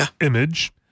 image